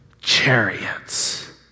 Chariots